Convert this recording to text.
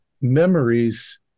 memories